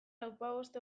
lauzpabost